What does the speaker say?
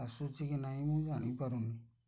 ଆସୁଛି କି ନାଇଁ ମୁଁ ଜାଣିପାରୁନି